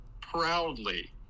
proudly